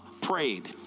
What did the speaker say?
prayed